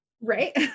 right